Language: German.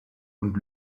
und